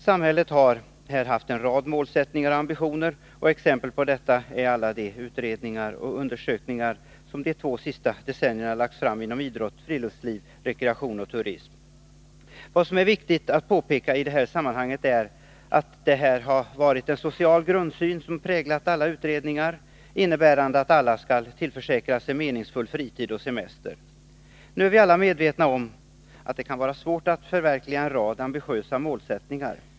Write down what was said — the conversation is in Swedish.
Samhället har här haft en rad målsättningar och ambitioner, och exempel på detta är alla de utredningar och undersökningar som de två sista decennierna lagts fram inom idrott, friluftsliv, rekreation och turism. Det är i det sammanhanget viktigt att påpeka att en social grundsyn har präglat alla utredningar, innebärande att alla skall tillförsäkras en meningsfull fritid och semester. Nu är vi alla medvetna om att det kan vara svårt att förverkliga en rad ambitiösa målsättningar.